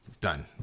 Done